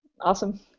Awesome